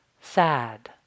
Sad